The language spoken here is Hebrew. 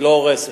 היא לא הורסת.